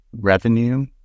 revenue